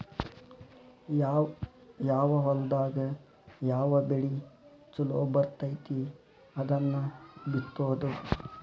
ಯಾವ ಹೊಲದಾಗ ಯಾವ ಬೆಳಿ ಚುಲೊ ಬರ್ತತಿ ಅದನ್ನ ಬಿತ್ತುದು